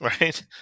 right